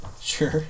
Sure